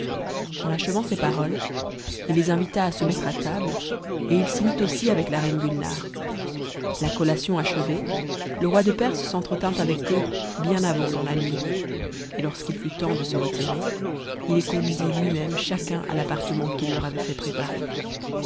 en achevant ces paroles il les invita à se mettre à table et il s'y mit aussi avec la reine guinare la ouation achevée le roi de perse s'entretint avec eux bien avant dans la nuit et lorsqu'il fut temps de se retirer il les conduisit lui-même chacun a l'appartement qu'il leur avait fait préparer